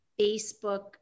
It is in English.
Facebook